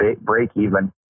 break-even